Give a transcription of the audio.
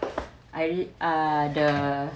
I uh the